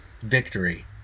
victory